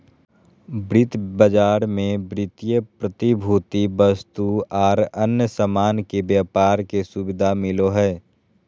वित्त बाजार मे वित्तीय प्रतिभूति, वस्तु आर अन्य सामान के व्यापार के सुविधा मिलो हय